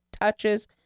touches